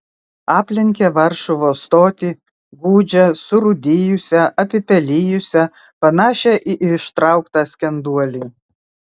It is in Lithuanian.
aplenkė varšuvos stotį gūdžią surūdijusią apipelijusią panašią į ištrauktą skenduolį